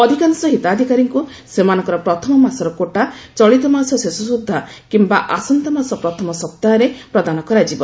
ଅଧିକାଂଶ ହିତାଧିକାରୀଙ୍କୁ ସେମାନଙ୍କର ପ୍ରଥମ ମାସର କୋଟା ଚଳିତମାସ ଶେଷ ସ୍ତଦ୍ଧା କିମ୍ବା ଆସନ୍ତାମାସ ପ୍ରଥମ ସପ୍ତାହରେ ପ୍ରଦାନ କରାଯିବ